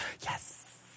Yes